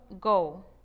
go